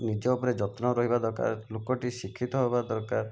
ନିଜ ଉପରେ ଯତ୍ନ ରହିବା ଦରକାର ଲୋକଟି ଶିକ୍ଷିତ ହେବା ଦରକାର